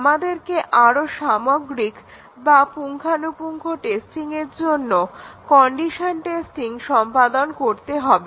আমাদেরকে আরো সামগ্রিক বা পুঙ্খানুপুঙ্খ টেস্টিংয়ের জন্য কন্ডিশন টেস্টিং সম্পাদন করতে হবে